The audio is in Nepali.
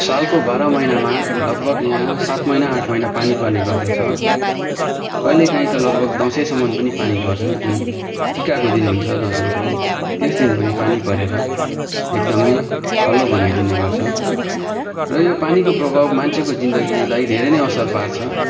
सालको बाह्र महिनामा लगभग यहाँ सात महिना आठ महिना पानी पर्ने गर्दछ कैलेकाहीँ त लगभग दसैँसम्म पनि पानी पर्ने गर्छ जुन टिकाको दिन हुन्छ दसैँको त्यस दिन पनि पानी परेर एकदमै खल्लो बनाइदिने गर्छ र यो पानीको प्रभाव मान्छेको जिन्दगीलाई धेरै नै असर पार्छ